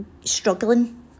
struggling